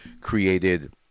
created